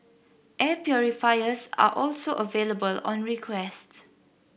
air purifiers are also available on requests